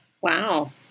Wow